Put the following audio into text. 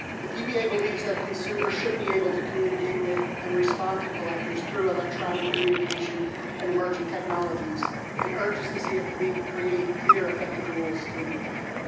the dba believes that consumers should be able to communicate with and respond to collectors through electronic communication and emerging technologies and urges the cfpb to create clear, effective rules to enable that.